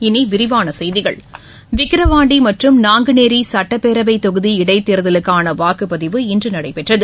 இனி விரிவான செய்திகள் விக்ரவாண்டி மற்றும் நாங்குநேரி சுட்டப்பேரவை தொகுதி இடைத்தேர்தலுக்கான வாக்குப்பதிவு இன்று நடைபெற்றது